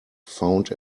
found